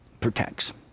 protects